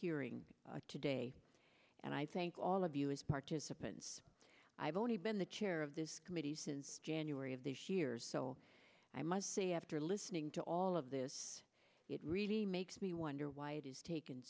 hearing today and i thank all of you as participants i've only been the chair of this committee since january of this year so i must say after listening to all of this it really makes me wonder why it is taken